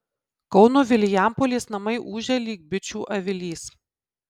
kauno vilijampolės namai ūžia lyg bičių avilys